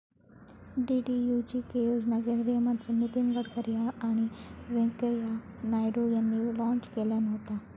DDUGK योजना केंद्रीय मंत्री नितीन गडकरी आणि व्यंकय्या नायडू यांनी लॉन्च केल्यान होता